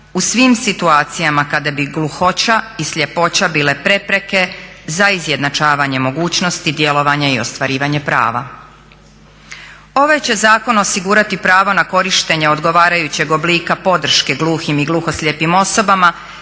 u svim situacijama kada bi gluhoća i sljepoća bile prepreke za izjednačavanje mogućnosti djelovanja i ostvarivanja prava. Ovaj će zakon osigurati pravo na korištenje odgovarajućeg oblika podrške gluhim i gluhoslijepim osobama